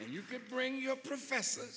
and you can't bring your professor